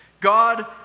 God